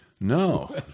No